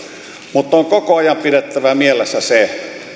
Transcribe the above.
mutta on koko ajan pidettävä mielessä se